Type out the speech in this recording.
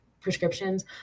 prescriptions